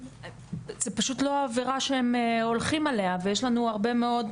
זה פשוט לא עבירה שהם הולכים עליה ויש לנו הרבה מאוד,